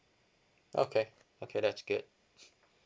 okay okay that's good